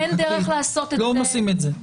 אין דרך לעשות את זה, לא עושים את זה.